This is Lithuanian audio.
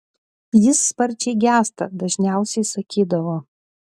jis sparčiai gęsta dažniausiai sakydavo